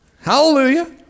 Hallelujah